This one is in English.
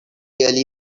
really